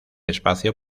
espacio